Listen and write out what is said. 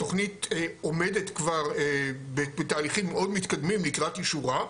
התוכנית עומדת כבר בתהליכים מאוד מתקדמים לקראת אישורה,